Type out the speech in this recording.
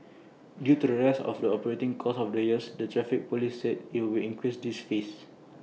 due to the rise of the operating costs over the years the traffic Police said IT will increase these fees